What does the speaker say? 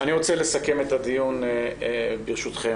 אני רוצה לסכם את הדיון, ברשותכם,